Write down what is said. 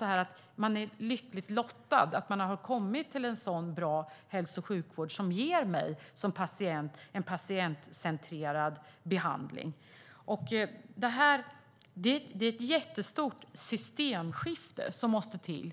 Men de patienterna är lyckligt lottade för att de har kommit till en sådan bra hälso och sjukvård som ger patienterna en patientcentrerad behandling. Det är ett jättestort systemskifte som måste till